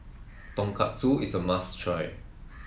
Tonkatsu is a must try